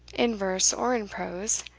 inverse or in prose,